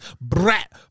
brat